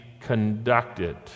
conducted